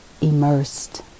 immersed